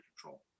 control